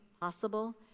possible